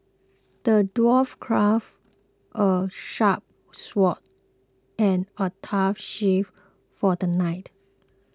the dwarf crafted a sharp sword and a tough shield for the knight